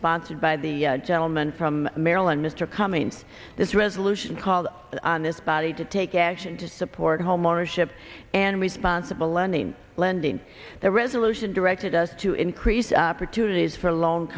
sponsored by the gentleman from maryland mr cummings this resolution called on this body to take action to support homeownership and responsible lending lending the resolution directed us to increase opportunities for long